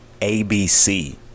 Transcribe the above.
ABC